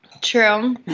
true